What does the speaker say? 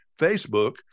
Facebook